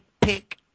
pick